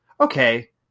Okay